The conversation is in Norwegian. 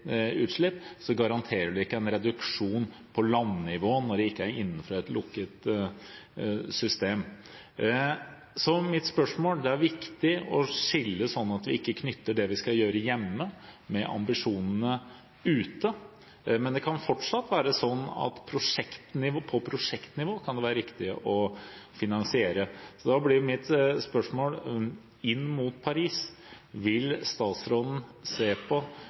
garanterer det ikke en reduksjon på landnivå når det ikke er innenfor et lukket system. Det er viktig å skille, sånn at vi ikke knytter det vi skal gjøre hjemme, til ambisjonene ute. Men det kan fortsatt være sånn at på prosjektnivå kan det være riktig å finansiere. Så da blir mitt spørsmål: Inn mot Paris, vil statsråden se på